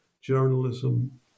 journalism